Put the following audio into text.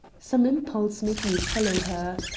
some impulse made me follow her.